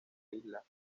isla